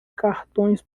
cartões